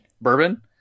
Bourbon